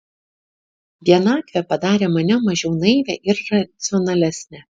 vienatvė padarė mane mažiau naivią ir racionalesnę